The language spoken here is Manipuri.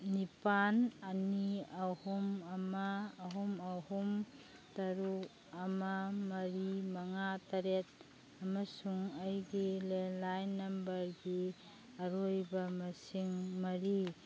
ꯅꯤꯄꯥꯜ ꯑꯅꯤ ꯑꯍꯨꯝ ꯑꯃ ꯑꯍꯨꯝ ꯑꯍꯨꯝ ꯇꯔꯨꯛ ꯑꯃ ꯃꯔꯤ ꯃꯉꯥ ꯇꯔꯦꯠ ꯑꯃꯁꯨꯡ ꯑꯩꯒꯤ ꯂꯦꯂꯥꯏꯟ ꯅꯝꯕꯔꯕꯒꯤ ꯑꯔꯣꯏꯕ ꯃꯁꯤꯡ ꯃꯔꯤ